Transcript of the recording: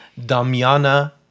damiana